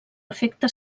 efecte